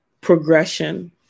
progression